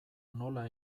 nola